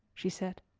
she said.